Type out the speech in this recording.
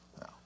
No